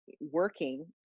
working